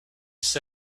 said